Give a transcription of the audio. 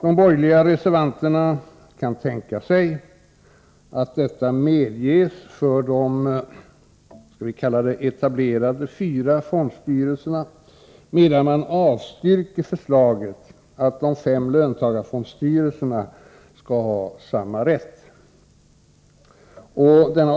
De borgerliga reservanterna kan tänka sig att detta medges för de ”etablerade” fyra fondstyrelserna, medan man avstyrker förslaget att de fem löntagarfondstyrelserna skall ha samma rätt.